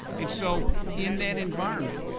and so in that environment,